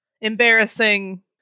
embarrassing